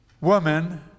woman